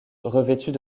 revêtues